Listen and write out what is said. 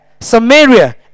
Samaria